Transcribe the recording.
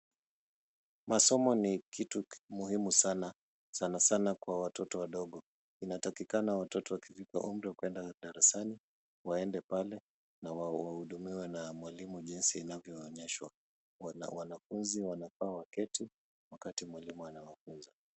Masomo ni kitu muhimu sana, sanasana kwa watoto wadogo. Inatakikana watoto wakifika umri wa kuenda darasani waende pale na wahudumiwe na mwalimu jinsi inavyoonyeshwa. Wanafunzi wanafaa waketi wakati mwalimu anawafunza.